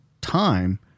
time